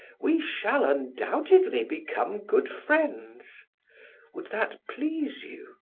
we shall undoubtedly become good friends would that please you?